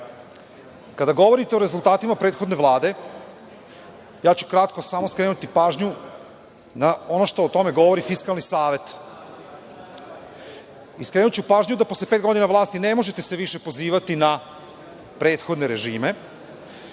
govorite o rezultatima prethodne Vlade, ja ću kratko samo skrenuti pažnju na ono što o tome govori Fiskalni savet. Skrenuću pažnju da posle pet godina vlasti ne možete se više pozivati na prethodne režime.